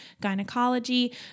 gynecology